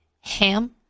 Ham